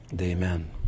amen